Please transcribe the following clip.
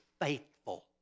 faithful